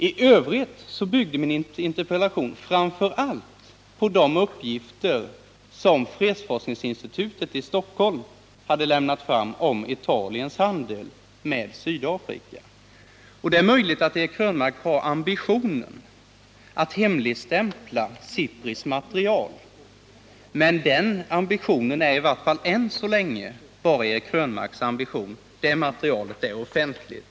I övrigt byggde min interpellation framför allt på uppgifter som fredsforskningsinstitutet i Stockholm hade lämnat om Italiens handel med Sydafrika. Det är möjligt att Eric Krönmark — Nr 36 har ambitionen att hemligstämpla SIPRI:s material, men den ambitionen är Måndagen den än så länge bara Eric Krönmarks. Det materialet är offentligt.